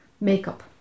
makeup